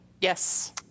Yes